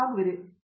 professor V